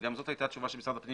וגם זאת הייתה התשובה של משרד הפנים